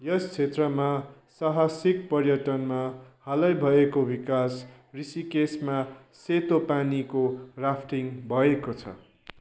यस क्षेत्रमा साहसिक पर्यटनमा हालै भएको विकास ऋषिकेशमा सेतो पानीको राफ्टिङ भएको छ